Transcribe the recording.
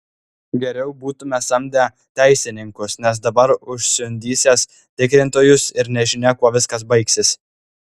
geriau būtume samdę teisininkus nes dabar užsiundysiąs tikrintojus ir nežinia kuo viskas baigsis